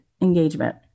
engagement